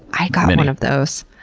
i got one of those.